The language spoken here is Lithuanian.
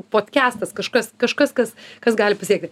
podkestas kažkas kažkas kas kas gali pasiekti